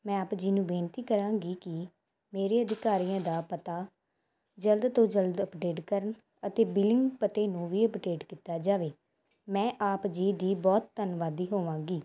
ਮੈਂ ਆਪ ਜੀ ਨੂੰ ਬੇਨਤੀ ਕਰਾਂਗੀ ਕਿ ਮੇਰੇ ਅਧਿਕਾਰੀਆਂ ਦਾ ਪਤਾ ਜਲਦ ਤੋਂ ਜਲਦ ਅਪਡੇਟ ਕਰਨ ਅਤੇ ਬਿਲਿੰਗ ਪਤੇ ਨੂੰ ਵੀ ਅਪਡੇਟ ਕੀਤਾ ਜਾਵੇ ਮੈਂ ਆਪ ਜੀ ਦੀ ਬਹੁਤ ਧੰਨਵਾਦੀ ਹੋਵਾਂਗੀ